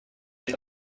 die